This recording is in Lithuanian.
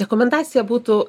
rekomendacija būtų